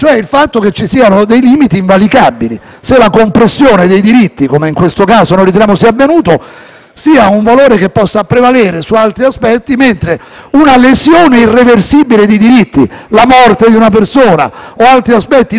sia un valore che possa prevalere su altri aspetti, mentre una lesione irreversibile dei diritti (la morte di una persona o altri effetti non più recuperabili) non avrebbe potuto consentire di applicare l'esimente. Noi abbiamo quindi